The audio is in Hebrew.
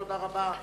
תודה רבה.